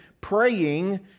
praying